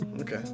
Okay